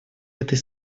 этой